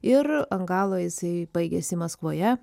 ir ant galo jisai baigėsi maskvoje